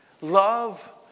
Love